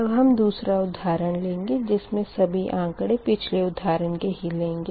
अब हम दूसरा उदाहरण लेंगे जिसमें सभी आंकड़ें पिछले उदाहरण के ही लेंगे